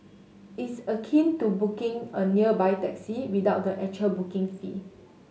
it's akin to 'booking' a nearby taxi without the actual booking fee